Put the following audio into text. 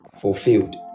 fulfilled